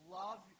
love